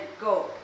go